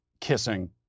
kissing